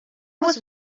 was